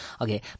Okay